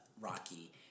Rocky